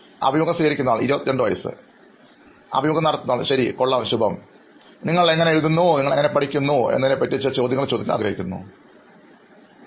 അഭിമുഖം സ്വീകരിക്കുന്നയാൾ 22 വയസ്സ് അഭിമുഖം നടത്തുന്നയാൾ 22 കൊള്ളാം ശുഭം എഴുതുന്നതിനെ കുറിച്ചും നിങ്ങൾ എങ്ങനെ പഠിക്കുന്നു എന്നതിനെക്കുറിച്ചും കുറച്ച് ചോദ്യങ്ങൾ മാത്രം എത്ര തവണ നിങ്ങൾ എഴുതുന്നു എന്ന് കരുതുന്നു